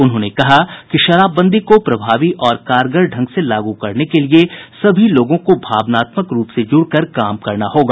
उन्होंने कहा कि शराबबंदी को प्रभावी और कारगर ढ़ंग से लागू करने के लिए सभी लोगों को भावनात्मक रूप से जुड़कर काम करना होगा